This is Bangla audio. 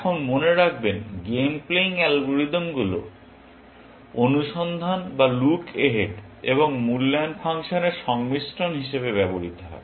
এখন মনে রাখবেন গেম প্লেয়িং অ্যালগরিদমগুলি অনুসন্ধান বা লুক অ্যাহেড এবং মূল্যায়ন ফাংশনের সংমিশ্রণ হিসাবে ব্যবহৃত হয়